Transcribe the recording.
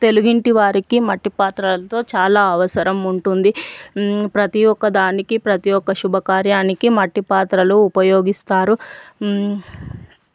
తెలుగింటి వారికి మట్టి పాత్రలతో చాలా అవసరం ఉంటుంది ప్రతీ ఒక్కదానికి ప్రతీ ఒక్క శుభకార్యానికి మట్టి పాత్రలు ఉపయోగిస్తారు